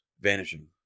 Vanishing